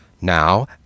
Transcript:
Now